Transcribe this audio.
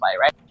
right